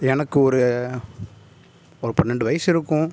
எனக்கு ஒரு ஒரு பன்னெண்டு வயது இருக்கும்